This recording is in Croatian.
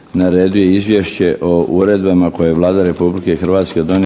Na redu je Izvješće o uredbama koje je Vlada Republike Hrvatske donijela